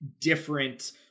different